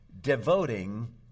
devoting